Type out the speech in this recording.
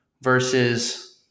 versus